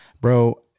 Bro